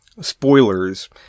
Spoilers